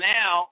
now